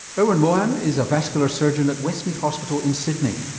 irwin mohan is a vascular surgeon at westmead hospital in sydney.